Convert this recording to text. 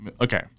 Okay